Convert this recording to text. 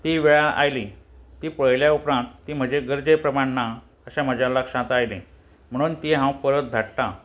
तीं वेळान आयलीं तीं पळयल्या उपरांत तीं म्हजे गरजे प्रमाण ना अशें म्हज्या लक्षांत आयलें म्हणून तीं हांव परत धाडटां